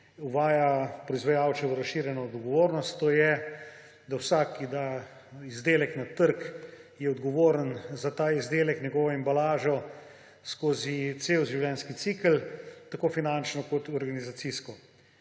uvaja proizvajalčevo razširjeno odgovornost, to je, da vsak, ki da izdelek na trg, je odgovoren za ta izdelek, njegovo embalažo, skozi cel življenjski cikel tako finančno kot organizacijsko.